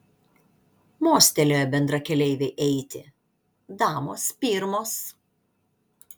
mostelėjo bendrakeleivei eiti damos pirmos